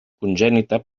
congènita